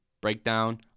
breakdown